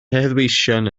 heddweision